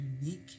unique